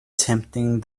tempting